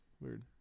weird